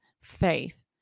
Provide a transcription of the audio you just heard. faith